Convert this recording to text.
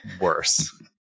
worse